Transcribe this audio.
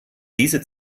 diese